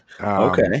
Okay